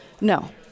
No